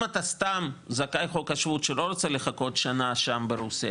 אם אתה זכאי חוק השבות שלא רוצה לחכות שם ברוסיה,